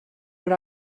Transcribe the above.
what